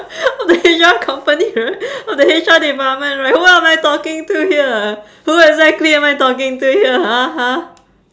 of the H_R company right of the H_R department right who am I talking to here who exactly am I talking to here ha ha